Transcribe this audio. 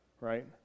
right